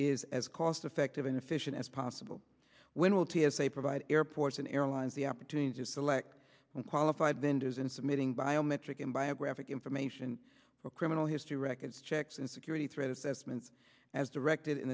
is as cost of active and efficient as possible when will t s a provide airports and airlines the opportunity to select well qualified vendors in submitting biometric and biographic information for criminal history records checks and security threat assessments as directed in